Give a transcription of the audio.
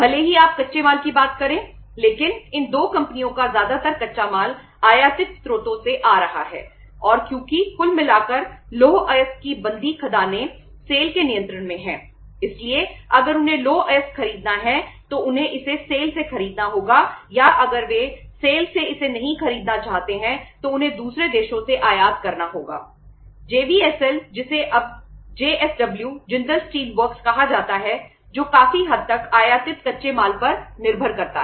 भले ही आप कच्चे माल की बात करें लेकिन इन 2 कंपनियों का ज्यादातर कच्चा माल आयातित स्रोतों से आ रहा है और क्योंकि कुल मिलाकर लौह अयस्क की बंदी खदानें सेल कहा जाता है जो काफी हद तक आयातित कच्चे माल पर निर्भर करता है